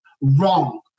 Wrong